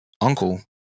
uncle